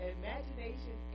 imagination